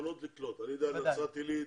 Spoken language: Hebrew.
אני יודע על נצרת עילית.